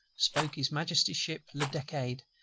spoke his majesty's ship le decade,